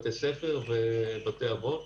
בתי ספר ובתי אבות,